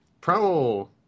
Prowl